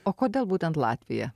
o kodėl būtent latvija